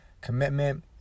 commitment